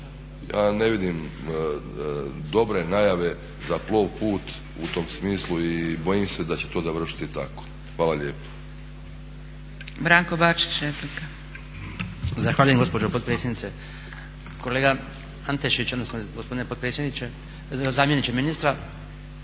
a ne vidim dobre najave za Plovput u tom smislu i bojim se da će to završiti tako. Hvala lijepo.